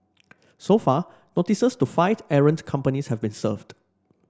so far notices to five errant companies have been served